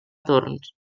torns